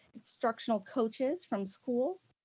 instructional coaches from schools.